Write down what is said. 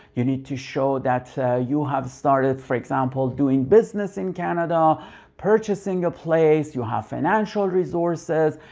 you need to show that you have started for example doing business in canada purchasing a place you have financial resources,